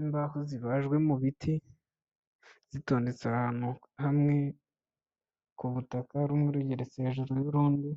Imbaho zibajwe mu biti zitondetse ahantu hamwe ku butaka, rumwe rugeretse hejuru y'urundi,